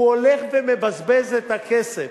הוא הולך ומבזבז את הכסף.